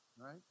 Right